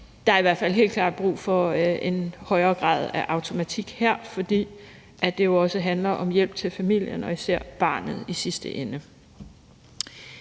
fald helt klart brug for en højere grad af automatik her, fordi det jo også handler om hjælp til familien og især barnet i sidste ende.